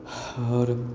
आओर